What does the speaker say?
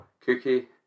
Cookie